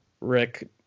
rick